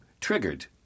triggered